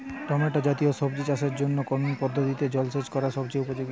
Tomato জাতীয় সবজি চাষের জন্য কোন পদ্ধতিতে জলসেচ করা সবচেয়ে উপযোগী?